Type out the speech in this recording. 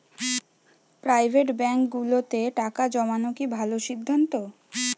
Private ব্যাংকগুলোতে টাকা জমানো কি ভালো সিদ্ধান্ত?